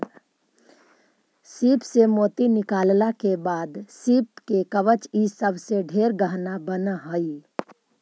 सीप से मोती निकालला के बाद सीप के कवच ई सब से ढेर गहना बन हई